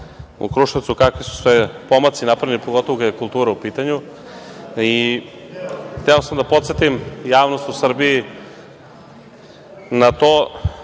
u Kruševcu, kakvi su sve pomaci napravljeni pogotovo kada je kultura u pitanju. Hteo sam da podsetim javnost u Srbiji na to